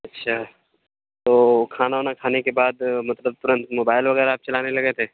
اچھا تو کھانا اونا کھانے کے بعد مطلب ترت موبائل وغیرہ آپ چلانے لگے تھے